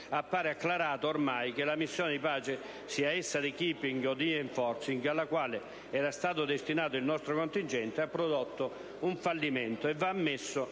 Appare acclarato ormai che la missione di pace, sia essa di *peace-keeping* o di *peace-enforcing*, alla quale era stato destinato il nostro contingente ha prodotto un fallimento, e ciò va ammesso